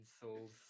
souls